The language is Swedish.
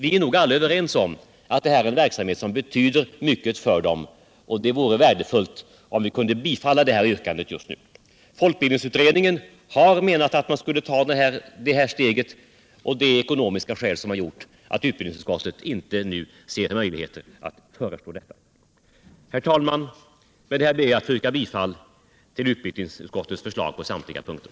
Vi är nog alla överens om att det är en verksamhet som betyder mycket för dem, och det hade varit värdefullt om vi hade kunnat bifalla det här yrkandet just nu. Folkbildningsutredningen har menat att det steget borde tas, och det är ekonomiska skäl som har gjort att utbildningsutskottet inte i dag ser möjligheter att föreslå detta. Herr talman! Med detta ber jag att få yrka bifall till utbildningsutskottets förslag på samtliga punkter.